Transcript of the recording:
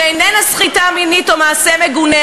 שאיננה סחיטה מינית או מעשה מגונה,